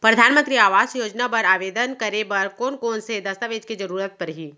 परधानमंतरी आवास योजना बर आवेदन करे बर कोन कोन से दस्तावेज के जरूरत परही?